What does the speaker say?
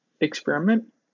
experiment